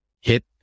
hit